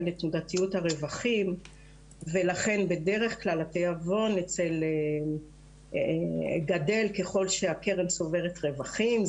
לתנודתיות הרווחים ולכן בדרך כלל התיאבון גדל ככל שהקרן צוברת רווחים,